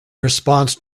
response